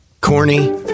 Corny